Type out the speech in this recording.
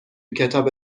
کتاب